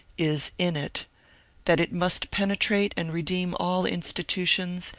is in it that it must penetrate and redeem all institutions,